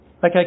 Okay